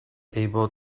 able